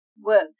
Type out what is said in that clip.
work